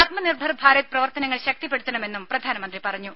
ആത്മനിർഭർ ഭാരത് പ്രവർത്തനങ്ങൾ ശക്തിപ്പെടുത്തണമെന്നും പ്രധാനമന്ത്രി പറഞ്ഞു